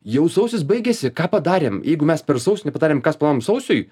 jau sausis baigėsi ką padarėm jeigu mes per sausį nepadarėm ką suplanavom sausiui